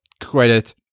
credit